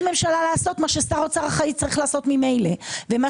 ממשלה לעשות מה ששר אוצר אחראי צריך לעשות ממילא ומה